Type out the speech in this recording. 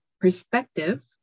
perspective